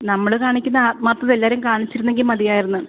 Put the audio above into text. നമ്മൾ കാണിക്കുന്ന ആത്മാർത്ഥത എല്ലാവരും കാണിച്ചിരുന്നെങ്കിൽ മതിയായിരുന്നു